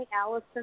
Allison